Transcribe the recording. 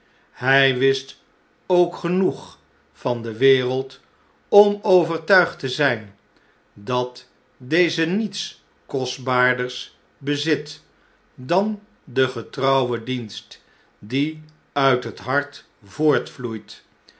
hy wist ook genoeg van de wereld om overtuigd te zijn dat deze niets kostbaarders bezit dan den getrouwen dienst die uit het hart